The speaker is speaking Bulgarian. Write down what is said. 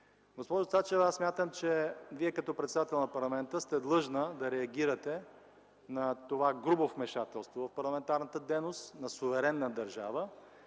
Госпожо Цачева, аз смятам, че Вие, като председател на парламента, сте длъжна да реагирате на това грубо вмешателство в парламентарната дейност на суверена държава